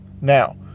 Now